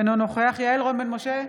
אינו נוכח יעל רון בן משה,